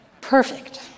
Perfect